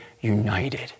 united